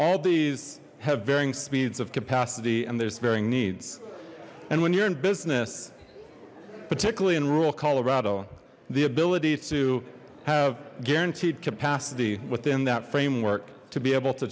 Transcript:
capacity and there's varying needs and when you're in business particularly in rural colorado the ability to have guaranteed capacity within that framework to be able to